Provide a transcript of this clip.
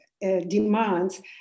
demands